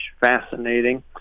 fascinating